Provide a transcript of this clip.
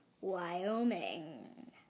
Wyoming